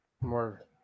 More